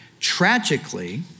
tragically